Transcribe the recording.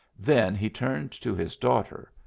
then he turned to his daughter.